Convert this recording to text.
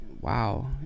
wow